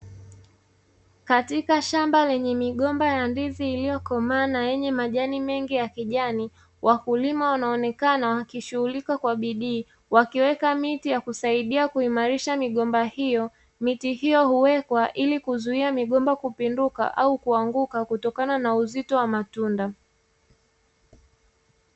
Katika shamba lenye migomba ya ndizi iliyokomaa na yenye majani mengi ya kijani, wakulima wanaonekana wakishughulika kwa bidii, wakiweka miti ya kusaidia kuimarisha migomba hiyo. Miti hiyo huwekwa ili kuzuia migomba kupinduka au kuanguka kutokana na uzito wa matunda.